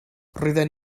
roedden